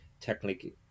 technically